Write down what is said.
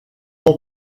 ans